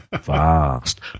fast